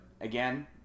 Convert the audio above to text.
again